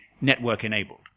network-enabled